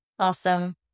Awesome